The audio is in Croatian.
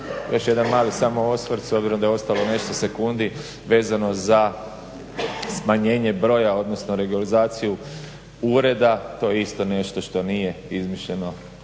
Još jedan mali samo osvrt s obzirom da je ostalo nešto sekundi, vezano za smanjenje broja odnosno … ureda. To je isto nešto što nije izmišljeno,